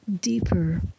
deeper